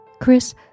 Chris